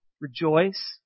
Rejoice